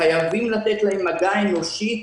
חייבים לתת להם מגע אנושי.